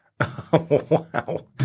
wow